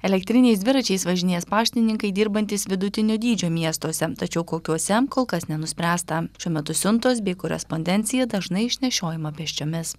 elektriniais dviračiais važinės paštininkai dirbantys vidutinio dydžio miestuose tačiau kokiuose kol kas nenuspręsta šiuo metu siuntos bei korespondencija dažnai išnešiojama pėsčiomis